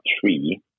three